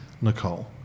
Nicole